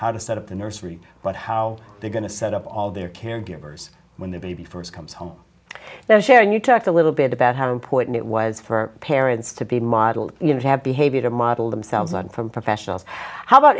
how to set up the nursery but how they're going to set up all their caregivers when the baby first comes home now sharon you talked a little bit about how important it was for parents to be modeled you know to have behavior model themselves learn from professionals how about